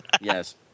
Yes